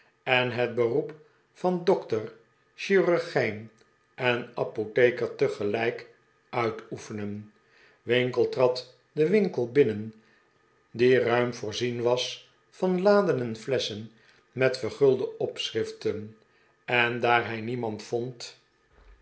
en het beroep van dokter chirurgijn en apotheker tegelijk uitoefenen winkle trad den winkel binnen die ruim voorzien was van laden en flesschen met vergulde opschriften en daar hij niemand vond